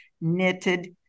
knitted